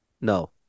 No